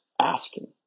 asking